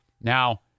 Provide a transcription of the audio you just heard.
Now